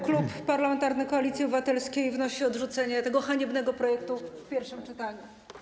Klub Parlamentarny Koalicji Obywatelskiej wnosi o odrzucenie tego haniebnego projektu w pierwszym czytaniu.